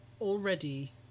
already